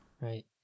Right